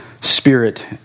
Spirit